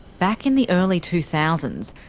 back in the early two thousand